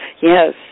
Yes